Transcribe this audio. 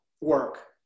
work